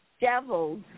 devils